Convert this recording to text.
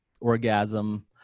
orgasm